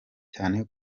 cyane